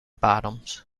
bottoms